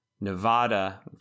Nevada